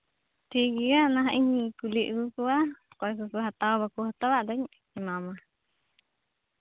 ᱦᱮᱸ ᱴᱷᱤᱠ ᱜᱮᱭᱟ ᱚᱱᱟ ᱦᱟᱜ ᱤᱧ ᱠᱩᱞᱤ ᱟᱹᱜᱩ ᱠᱚᱣᱟ ᱚᱠᱚᱭ ᱠᱚᱠᱚ ᱦᱟᱛᱟᱣᱟ ᱵᱟᱠᱚ ᱦᱟᱛᱟᱣᱟ ᱟᱫᱚᱧ ᱮᱢᱟᱢᱟ